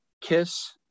kiss